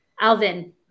Alvin